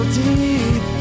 deep